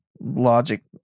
logic